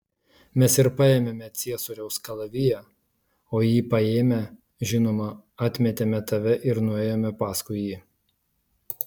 mes ir paėmėme ciesoriaus kalaviją o jį paėmę žinoma atmetėme tave ir nuėjome paskui jį